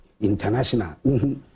international